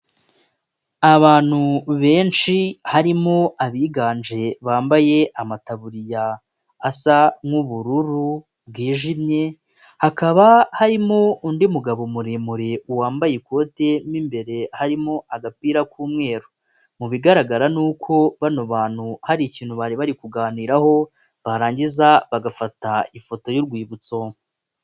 Abantu benshi harimo abiganje bambaye amataburiya asa nk'ubururu bwijimye, hakaba harimo undi mugabo muremure wambaye ikote mu imbere harimo agapira k'umweru, mu bigaragara ni uko bano bantu hari ikintu bari bari kuganiraho barangiza bagafata ifoto y'urwibutso.